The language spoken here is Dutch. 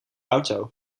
auto